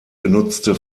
genutzte